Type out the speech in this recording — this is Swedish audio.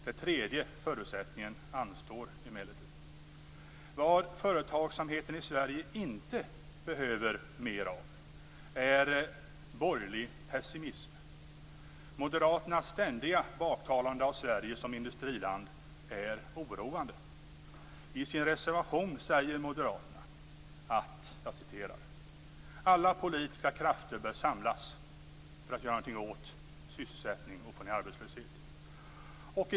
Den tredje förutsättningen anstår emellertid. Vad företagsamheten i Sverige inte behöver mer av är borgerlig pessimism. Moderaternas ständiga baktalande av Sverige som industriland är oroande. I en reservation sägs att alla politiska krafter bör samlas för att göra någonting åt sysselsättningen och få ned arbetslösheten.